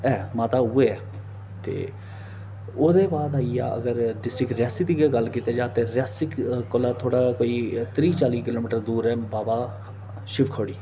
ऐ माता उऐ है ते ओह्दे बाद आई गेआ डिस्ट्रिक्ट रियासी दी गल्ल करचै तां रियासी कोला थोह्ड़ा कोई त्रीह् चाली किलोमिटर दूर ऐ बाबा शिबखोड़ी